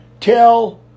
Tell